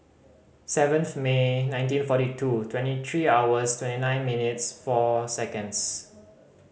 seventh May nineteen forty two twenty three hours twenty nine minutes four seconds